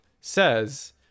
says